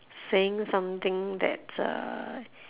saying something that's uh